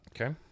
Okay